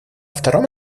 втором